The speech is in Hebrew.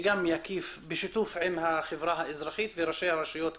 בשיתוף עם החברה האזרחית וראשי הרשויות,